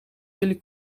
jullie